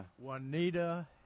Juanita